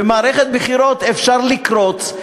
ובמערכת בחירות אפשר לקרוץ,